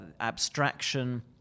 abstraction